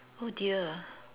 oh dear